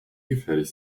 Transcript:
gefährlich